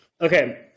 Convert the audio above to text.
Okay